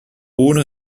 ohne